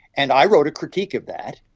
and i wrote a critique of that,